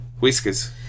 Whiskers